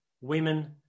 women